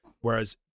whereas